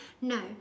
No